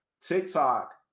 TikTok